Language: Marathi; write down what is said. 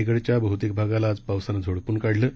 रायगडच्या बहुतेक भागाला आज पावसानं झोडपून काढलं